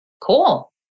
cool